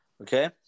Okay